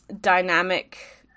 dynamic